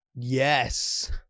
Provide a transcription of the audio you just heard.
Yes